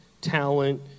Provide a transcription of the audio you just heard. talent